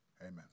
Amen